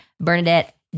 Bernadette